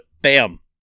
Bam